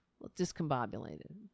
discombobulated